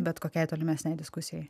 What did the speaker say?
bet kokiai tolimesnei diskusijai